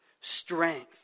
strength